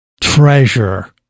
treasure